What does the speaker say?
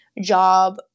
job